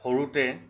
সৰুতে